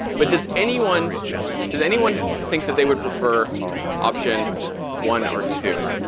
but does anyone does anyone think that they would prefer option one or two?